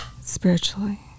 spiritually